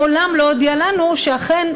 מעולם לא הודיע לנו שאכן,